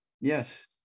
Yes